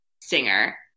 singer